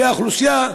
כי האוכלוסייה,